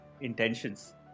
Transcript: intentions